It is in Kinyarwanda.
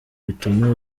bituma